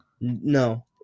No